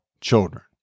children